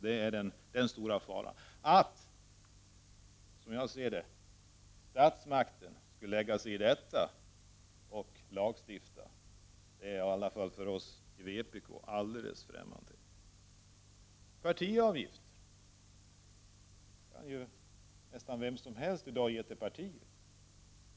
Det är alltså den stora faran. Att statsmakten skulle lägga sig i detta och lagstifta — det är i alla fall för oss i vpk helt ftämmande. När det gäller partiavgifter kan ju nästan vem som helst i dag ge till partier.